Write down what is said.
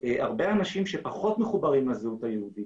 הרבה אנשים שפחות מחוברים לזהות היהודית